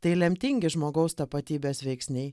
tai lemtingi žmogaus tapatybės veiksniai